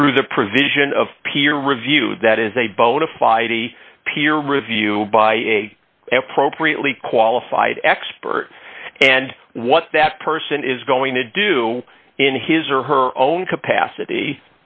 through the provision of peer review that is a bona fide a peer review by a propre atlee qualified expert and what that person is going to do in his or her own capacity